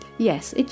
Yes